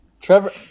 Trevor